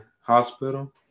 hospital